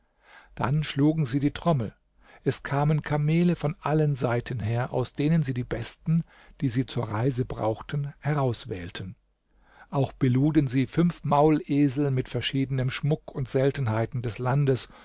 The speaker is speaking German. dann schlugen sie die trommel es kamen kamele von allen seiten her aus denen sie die besten die sie zur reise brauchten herauswählten auch beluden sie fünf maulesel mit verschiedenem schmuck und seltenheiten des landes